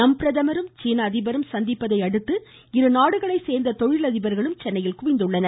நம் பிரதமரும் சீன அதிபரும் சந்திப்பதையடுத்து இருநாடுகளைச் சேர்ந்த தொழிலதிபர்களும் சென்னையில் குவிந்துள்ளனர்